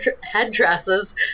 headdresses